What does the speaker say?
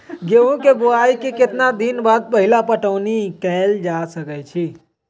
गेंहू के बोआई के केतना दिन बाद पहिला पटौनी कैल जा सकैछि?